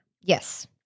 Yes